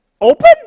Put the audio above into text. Open